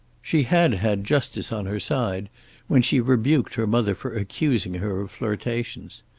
she had had justice on her side when she rebuked her mother for accusing her of flirtations.